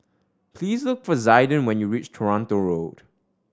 please look for Zaiden when you reach Toronto Road